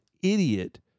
idiot